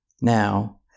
Now